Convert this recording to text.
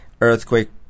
earthquake